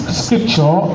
scripture